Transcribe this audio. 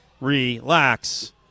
relax